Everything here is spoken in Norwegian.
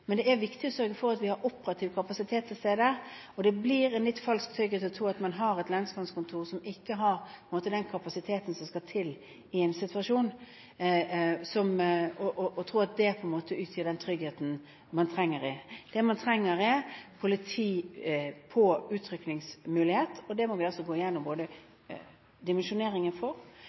men det er viktig å sørge for at vi har operativ kapasitet til stede. Det blir en litt falsk trygghet å tro at det at man har et lensmannskontor som ikke har den kapasiteten som skal til i en situasjon, utgjør den tryggheten man trenger. Det man trenger, er politi med utrykningsmulighet, og det må vi altså gå gjennom dimensjoneringen for.